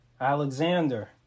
Alexander